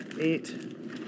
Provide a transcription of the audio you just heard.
eight